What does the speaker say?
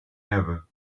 ever